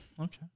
Okay